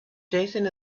jason